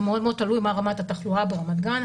זה מאוד מאוד תלוי ברמת התחלואה ברמת גן,